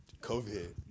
COVID